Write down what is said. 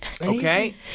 okay